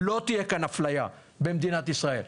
לא תהיה כאן אפליה במדינת ישראל.